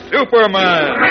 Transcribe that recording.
Superman